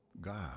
God